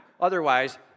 Otherwise